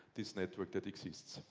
this network that exists.